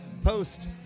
post